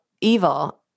evil